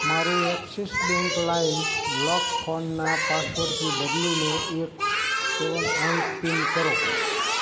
મારું Axis bank લાઇમ lock ફોનના પાસવર્ડથી બદલીને એક સેવન અંક પીન કરો